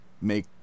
make